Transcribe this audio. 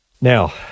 now